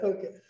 Okay